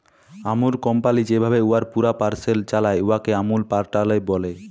আমূল company যেভাবে উয়ার পুরা পরসেস চালায়, উয়াকে আমূল প্যাটার্ল ব্যলে